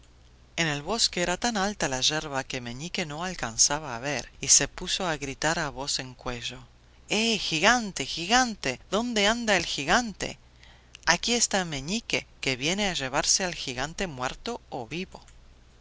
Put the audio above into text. en el bosque era tan alta la yerba que meñique no alcanzaba a ver y se puso a gritar a voz en cuello eh gigante gigante dónde anda el gigante aquí está meñique que viene a llevarse al gigante muerto o vivo